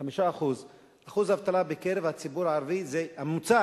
5% אחוז האבטלה בקרב הציבור הערבי, הממוצע